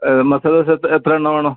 മസാലദോശ എത്ര എണ്ണം വേണം